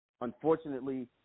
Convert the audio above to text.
Unfortunately